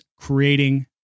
creating